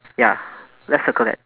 ya let's circle that